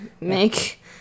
Make